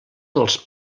dels